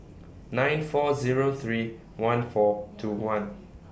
nine four Zero three one four two one